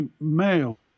male